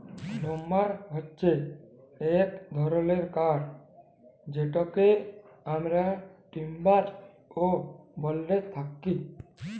lumber হচ্যে এক ধরলের কাঠ যেটকে আমরা টিম্বার ও ব্যলে থাকি